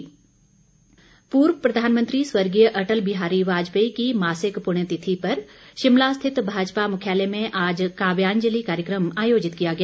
काव्यांजलि पूर्व प्रधानमंत्री स्वर्गीय अटल बिहारी वाजपेयी की मासिक पुण्यतिथि पर शिमला स्थित भाजपा मुख्यालय में आज काव्यांजलि कार्यक्रम आयोजित किया गया